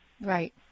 Right